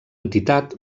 entitat